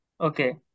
Okay